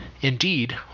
Indeed